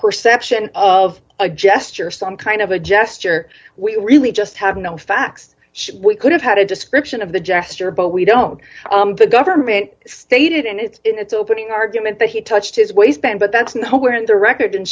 perception of a gesture some kind of a gesture we really just have no facts we could have had a description of the gesture but we don't the government stated in its opening argument that he touched his waistband but that's nowhere in the record and